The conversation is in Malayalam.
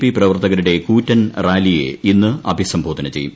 പി പ്രവർത്തകരുടെ കൂറ്റൻ റാലിയെ ഇന്ന് അഭിസംബോധന ചെയ്യും